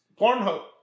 Pornhub